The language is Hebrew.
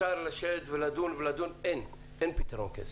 אפשר לדון ולדון, אבל אין פתרון קסם.